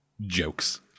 Jokes